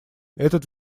этот